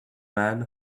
man